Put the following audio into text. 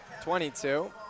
22